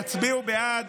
הצביעו בעד.